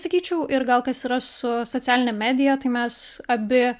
sakyčiau ir gal kas yra su socialine medija tai mes abi